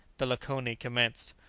the lakoni, commenced.